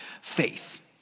faith